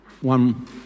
One